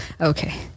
Okay